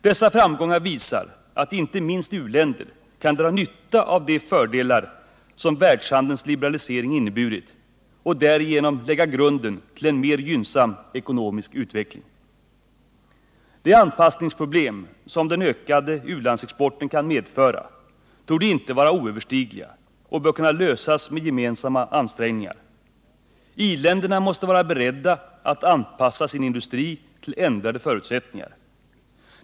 Dessa framgångar visar att inte minst u-länder kan dra nytta av de fördelar som världshandelns liberalisering inneburit och därigenom lägga grunden till en mer gynnsam ekonomisk utveckling. De anpassningsproblem som den ökande u-landsexporten kan medföra torde inte vara oöverstigliga och bör kunna lösas med gemensamma ansträngningar. I-länderna måste vara beredda att anpassa sin industri till ändrade förutsättningar.